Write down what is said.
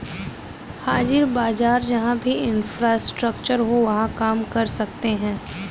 हाजिर बाजार जहां भी इंफ्रास्ट्रक्चर हो वहां काम कर सकते हैं